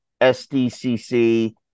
SDCC